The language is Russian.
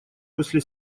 после